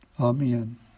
Amen